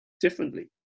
differently